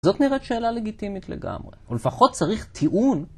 זאת נראית שאלה לגיטימית לגמרי או לפחות צריך טיעון